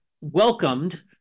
welcomed